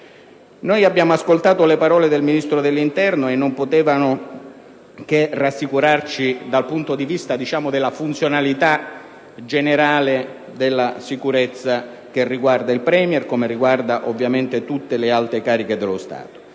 Noi abbiamo ascoltato le parole del Ministro dell'interno e non potevano che rassicurarci dal punto di vista della funzionalità generale della sicurezza che riguarda il Premier come, ovviamente, tutte le alte cariche dello Stato.